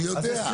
אני יודע,